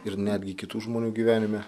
ir netgi kitų žmonių gyvenime